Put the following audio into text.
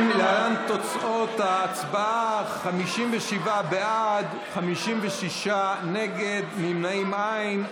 להלן תוצאות ההצבעה: 57 בעד, 56 נגד, נמנעים, אין.